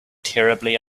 terribly